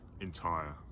entire